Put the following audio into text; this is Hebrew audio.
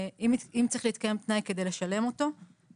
אם צריך להתקיים תנאי כדי לשלם אותו,